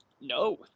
No